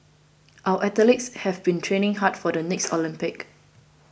our athletes have been training hard for the next Olympics